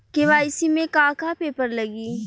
KYC में का का पेपर लगी?